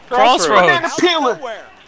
crossroads